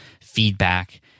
feedback